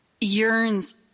yearns